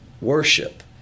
worship